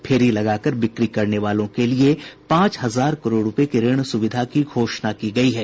फेरी लगाकर बिक्री करने वालों के लिए पांच हजार करोड रुपये की ऋण सुविधा की घोषणा की गई है